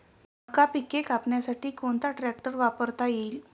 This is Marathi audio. मका पिके कापण्यासाठी कोणता ट्रॅक्टर वापरता येईल?